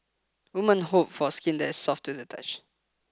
woman hope for skin that is soft to the touch